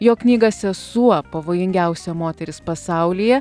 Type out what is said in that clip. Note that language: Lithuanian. jo knyga sesuo pavojingiausia moteris pasaulyje